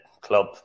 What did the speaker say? club